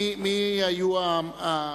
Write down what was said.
מי היו המתנגדים?